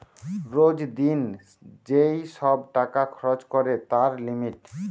রোজ দিন যেই সব টাকা খরচ করে তার লিমিট